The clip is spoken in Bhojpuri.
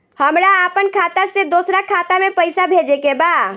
हमरा आपन खाता से दोसरा खाता में पइसा भेजे के बा